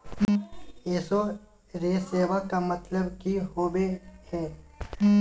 इंसोरेंसेबा के मतलब की होवे है?